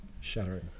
Shattering